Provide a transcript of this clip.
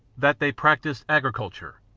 that they practised agriculture,